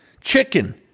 chicken